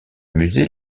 musée